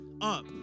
up